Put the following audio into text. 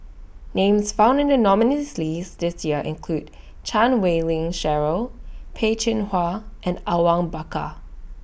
Names found in The nominees' list This Year include Chan Wei Ling Cheryl Peh Chin Hua and Awang Bakar